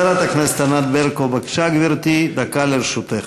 חברת הכנסת ענת ברקו, בבקשה, גברתי, דקה לרשותך.